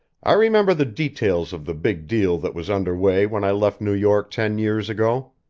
i remember the details of the big deal that was under way when i left new york ten years ago.